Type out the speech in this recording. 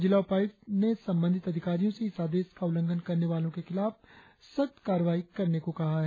जिला उपायुक्त संबंधित अधिकारियों से इस आदेश का उल्लंघन करने वालों के खिलाफ सख्त कार्रवाई करने को कहा है